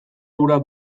hura